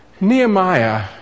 Nehemiah